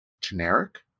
generic